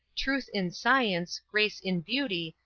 truth in science, grace in beauty,